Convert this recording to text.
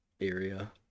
area